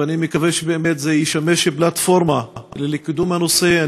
ואני מקווה שזה ישמש פלטפורמה לקידום הנושא.